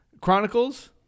Chronicles